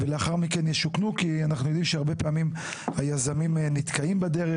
כי הרי אנחנו גם יודעים שהרבה פעמים היזמים נתקעים בדרך